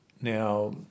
Now